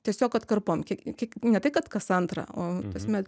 tiesiog atkarpom kiek kiek ne tai kad kas antrą o ta prasme